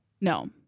No